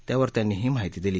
त्यावर त्यांनी ही माहिती दिली